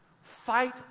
Fight